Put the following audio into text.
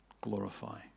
glorify